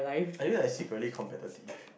are you like secretly competitive